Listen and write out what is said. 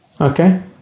Okay